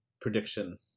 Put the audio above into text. prediction